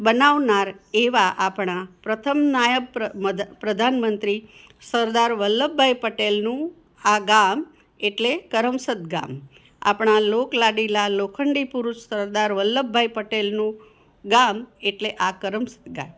બનાવનાર એવા આપણા પ્રથમ નાયબ પ્રધાનમંત્રી સરદાર વલ્લભભાઈ પટેલનું આ ગામ એટલે કરમસદ ગામ આપણા લોક લાડીલા લોખંડી પુરુષ સરદાર વલ્લભભાઈ પટેલનું ગામ એટલે આ કરમસદ ગામ